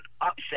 upset